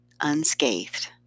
unscathed